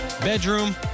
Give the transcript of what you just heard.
bedroom